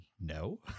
no